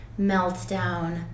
meltdown